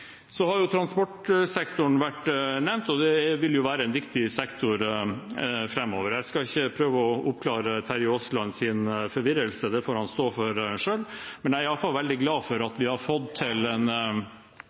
Transportsektoren er blitt nevnt, og det vil være en viktig sektor framover. Jeg skal ikke prøve å oppklare Terje Aaslands forvirring – den må han stå for selv – men jeg er i hvert fall veldig glad for